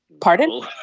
pardon